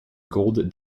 golden